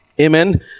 Amen